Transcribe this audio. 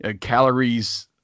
calories